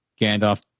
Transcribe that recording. Gandalf